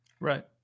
Right